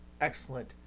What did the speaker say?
excellent